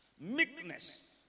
meekness